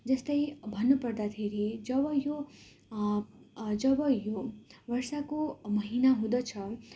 जस्तै भन्नुपर्दाखेरि जब यो जब यो वर्षाको महिना हुँदछ